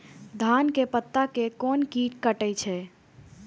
धान के पत्ता के कोन कीट कटे छे?